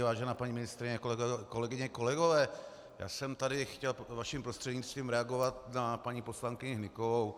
Vážená paní ministryně, kolegyně, kolegové, já jsem tady chtěl vaším prostřednictvím reagovat na paní poslankyni Hnykovou.